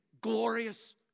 glorious